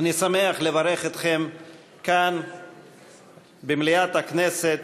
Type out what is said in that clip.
אני שמח לברך אתכם כאן במליאת הכנסת